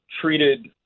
treated